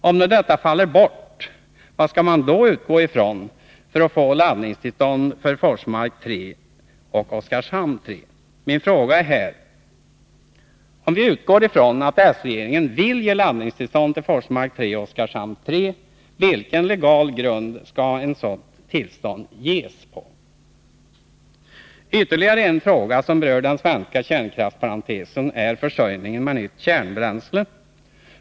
Om nu detta faller bort, vad skall man då utgå ifrån för att få laddningstillstånd för Forsmark 3 och Oskarshamn 3? Min tredje fråga är: Om vi utgår ifrån att s-regeringen vill ge laddningstillstånd för Forsmark 3 och Oskarshamn 3, på vilken legal grund skall ett sådant tillstånd ges? Ytterligare en fråga som berör den svenska kärnkraftsparentesen är försörjningen med nytt kärnbränsle.